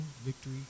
victory